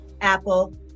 Apple